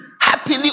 happily